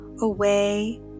away